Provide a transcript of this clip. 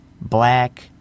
black